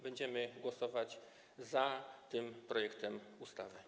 Będziemy głosować za tym projektem ustawy.